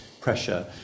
pressure